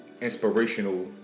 inspirational